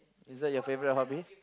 is that your favourite hobby